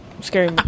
scary